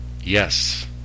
Yes